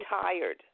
tired